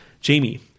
Jamie